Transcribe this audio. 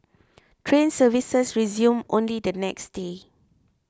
train services resumed only the next day